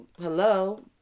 hello